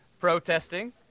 protesting